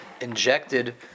injected